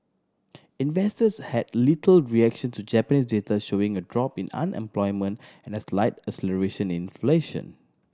investors had little reaction to Japanese data showing a drop in unemployment and a slight acceleration in inflation